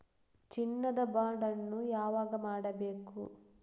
ಚಿನ್ನ ದ ಬಾಂಡ್ ಅನ್ನು ಯಾವಾಗ ಮಾಡಬೇಕು?